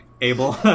able